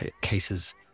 cases